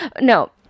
No